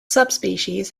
subspecies